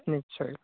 নিশ্চয়